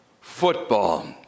football